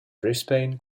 brisbane